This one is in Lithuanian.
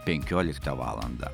penkioliktą valandą